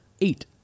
eight